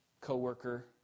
co-worker